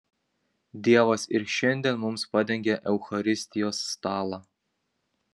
dievas ir šiandien mums padengia eucharistijos stalą